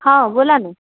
हां बोला ना